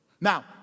Now